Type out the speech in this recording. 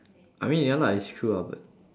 I mean ya lah it's true ah but